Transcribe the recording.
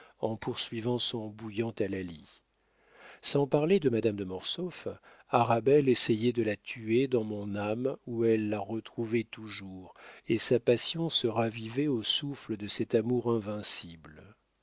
en poursuivant son bouillant hallali sans parler de madame de mortsauf arabelle essayait de la tuer dans mon âme où elle la retrouvait toujours et sa passion se ravivait au souffle de cet amour invincible